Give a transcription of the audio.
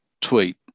tweet